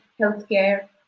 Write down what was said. healthcare